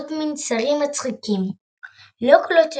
קולות מנסרים,